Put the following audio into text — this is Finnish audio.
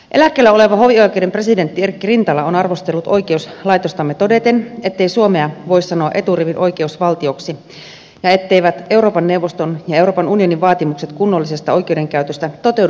eläkkeellä oleva hovioikeuden presidentti erkki rintala on arvostellut oikeuslaitostamme todeten ettei suomea voi sanoa eturivin oikeusvaltioksi ja etteivät euroopan neuvoston ja euroopan unionin vaatimukset kunnollisesta oikeudenkäytöstä toteudu suomessa